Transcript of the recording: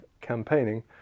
campaigning